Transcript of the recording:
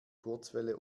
kurzwelle